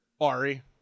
Ari